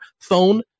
phone